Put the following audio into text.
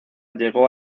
llegó